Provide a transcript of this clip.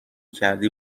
کردی